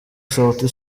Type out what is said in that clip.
sauti